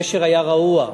הגשר היה רעוע.